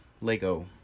lego